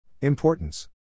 Importance